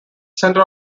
center